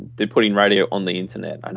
they're putting radio on the internet. and